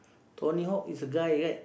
Tony-Hawk is a guy right